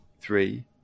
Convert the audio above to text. three